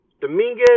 Dominguez